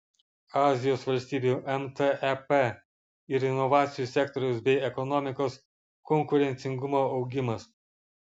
azijos valstybių mtep ir inovacijų sektoriaus bei ekonomikos konkurencingumo augimas